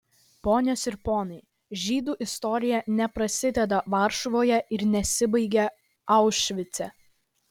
ponios ir ponai žydų istorija neprasideda varšuvoje ir nesibaigia aušvice